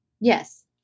Yes